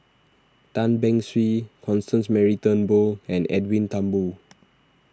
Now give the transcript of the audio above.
Tan Beng Swee Constance Mary Turnbull and Edwin Thumboo